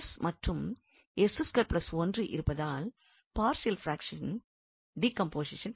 மற்றும் இருப்பதால் partial fraction decomposition கிடைக்கிறது